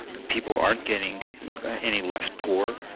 people aren't getting any less poor,